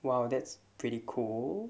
!wow! that's pretty cool